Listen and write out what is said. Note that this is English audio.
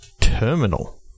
Terminal